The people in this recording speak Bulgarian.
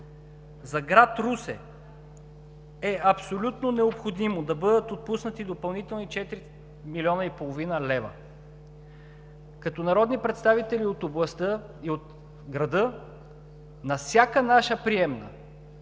За град Русе е абсолютно необходимо да бъдат отпуснати допълнителни 4,5 млн. лв. Като народни представители от областта и от града на всяка наша приемна